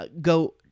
go